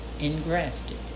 engrafted